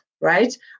right